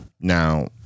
Now